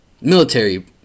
military